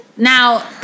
Now